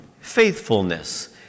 faithfulness